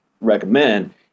recommend